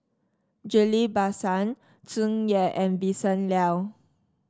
Ghillie Basan Tsung Yeh and Vincent Leow